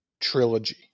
trilogy